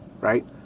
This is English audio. right